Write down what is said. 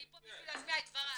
אני פה בשביל להשמיע את דבריי.